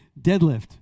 Deadlift